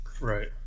Right